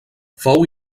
fou